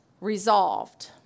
resolved